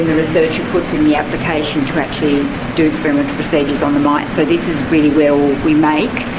researcher puts in the application to actually do experimental procedures on the mice. so this is really where we make